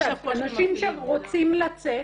-- אנשים שרוצים לצאת